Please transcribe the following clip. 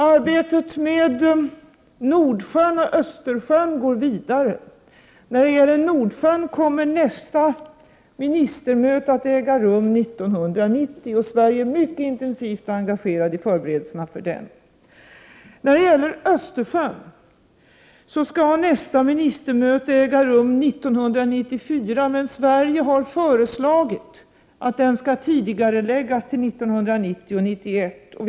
Arbetet med Nordsjön och Östersjön går vidare. När det gäller Nordsjön kommer nästa ministermöte att äga rum 1990. Sverige är mycket intensivt engagerat i förberedelserna för det. När det gäller Östersjön skall nästa ministermöte äga rum 1994, men Sverige har föreslagit att det skall tidigareläggas till 1990 eller 1991.